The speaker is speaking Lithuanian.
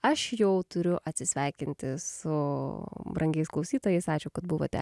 aš jau turiu atsisveikinti su brangiais klausytojais ačiū kad buvote